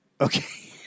Okay